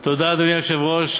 אדוני היושב-ראש,